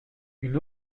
une